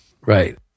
Right